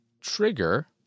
trigger